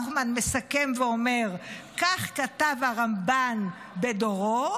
ואז היה הרב דרוקמן מסכם ואומר: כך כתב הרמב"ן בדורו,